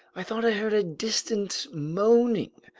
i thought i heard a distant moaning,